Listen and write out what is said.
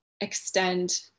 extend